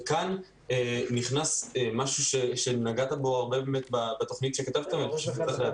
וכאן נכנס משהו שנגעת בו הרבה בתוכנית שכתבת וצריך להדגיש אותו,